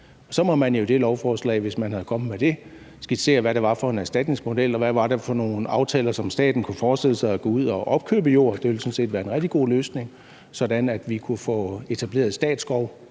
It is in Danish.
Så måtte man jo i det lovforslag, hvis man var kommet med det, skitsere, hvad det var for en erstatningsmodel, og hvad det var for nogle aftaler, som staten kunne forestille sig at gå ud at opkøbe jord med – det ville sådan set være en rigtig god løsning – sådan at vi kunne få etableret statsskov